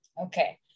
okay